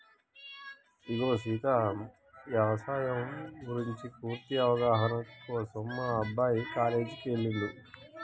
ఇగో సీత యవసాయం గురించి పూర్తి అవగాహన కోసం మా అబ్బాయి కాలేజీకి ఎల్లిండు